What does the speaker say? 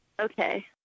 Okay